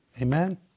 Amen